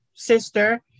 sister